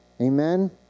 Amen